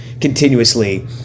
continuously